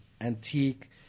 antique